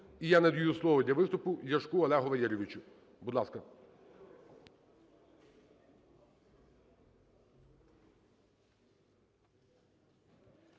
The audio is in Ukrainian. І я надаю слово для виступу Ляшку Олегу Валерійовичу. Будь ласка.